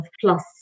plus